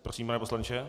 Prosím, pane poslanče.